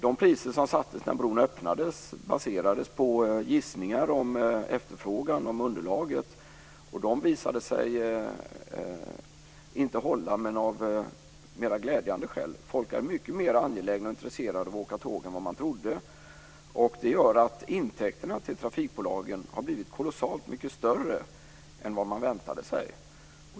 De priser som sattes när bron öppnades baserades på gissningar om efterfrågeunderlaget. Dessa visade sig inte hålla, dock av mera glädjande skäl. Folk är mycket mera angelägna och intresserade av att åka tåg än vad man trodde, och det gör att intäkterna för trafikbolagen har blivit kolossalt mycket större än vad man väntade sig.